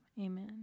Amen